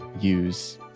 use